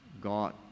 god